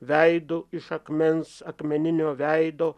veidu iš akmens akmeninio veido